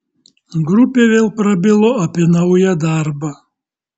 grupė vėl prabilo apie naują darbą